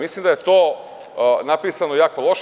Mislim da je to napisano jako loše.